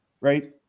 right